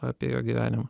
apie jo gyvenimą